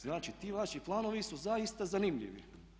Znači, ti vaši planovi su zaista zanimljivi.